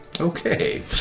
Okay